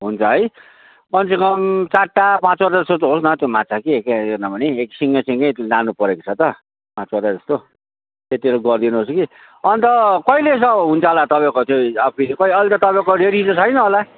हुन्छ है कमसेकम चारवटा पाँचवटा जस्तो चाहिँ होस् न त्यो माछा कि किनभने एक सिङ्गै सिङ्गै लानु परेको छ त पाँचवटाजस्तो त्यति चाहिँ गरिदिनुहोस् कि अन्त कहिलेसम्म हुन्छ होला तपाईँको त्यो फिस चाहिँ अहिले त तपाईँको रेडी त छैन होला